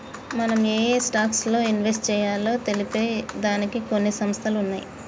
మనం ఏయే స్టాక్స్ లో ఇన్వెస్ట్ చెయ్యాలో తెలిపే దానికి కొన్ని సంస్థలు ఉన్నయ్యి